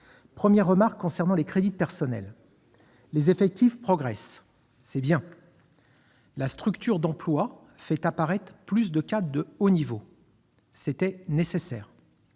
première remarque portera sur les crédits de personnel. Les effectifs progressent- c'est bien ! La structure d'emplois fait apparaître plus de cadres de haut niveau- c'était nécessaire